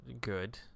good